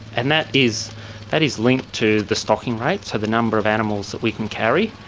and that is that is linked to the stocking rate, so the number of animals that we can carry.